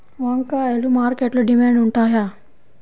వంకాయలు మార్కెట్లో డిమాండ్ ఉంటాయా?